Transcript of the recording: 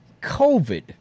COVID